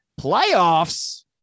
playoffs